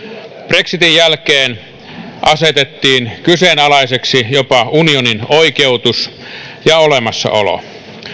brexitin jälkeen asetettiin kyseenalaiseksi jopa unionin oikeutus ja olemassaolo